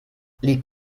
liegt